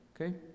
okay